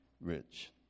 rich